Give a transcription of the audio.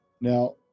Now